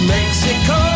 Mexico